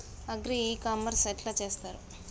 Agri e commerce ఎట్ల చేస్తరు?